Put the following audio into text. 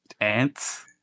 ants